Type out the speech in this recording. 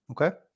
Okay